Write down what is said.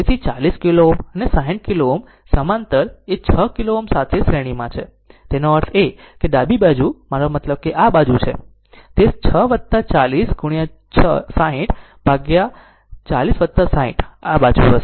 તેથી 40 કિલો Ω અને 60 Ω સમાંતર એ 6 કિલો Ω સાથે શ્રેણીમાં છે તેનો અર્થ છે ડાબી બાજુ મારો મતલબ આ બાજુ છે તે 6 40 ગુણ્યા 60 ભાગ્યા 40 60 આ બાજુ હશે